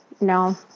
No